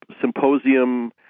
symposium